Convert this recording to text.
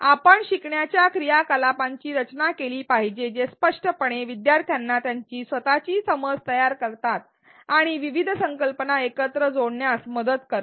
आपण शिकण्याच्या क्रियाकलापांची रचना केली पाहिजे जे स्पष्टपणे विद्यार्थ्यांना त्यांची स्वतची समज तयार करतात आणि विविध संकल्पना एकत्र जोडण्यास मदत करतात